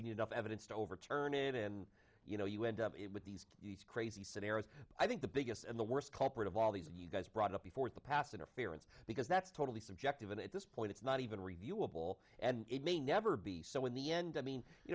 you need enough evidence to overturn it and you know you end up with these crazy scenarios i think the biggest and the worst culprit of all these you guys brought up before the pass interference because that's totally subjective and at this point it's not even reviewable and it may never be so in the end i mean you